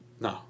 No